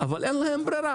אבל אין להם ברירה.